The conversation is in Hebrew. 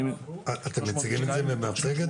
אתם מציגים את זה במצגת?